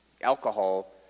alcohol